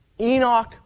Enoch